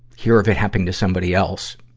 hear of it happening to somebody else,